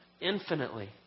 infinitely